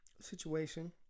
situation